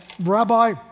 Rabbi